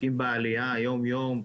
עוסקים בעלייה יום-יום.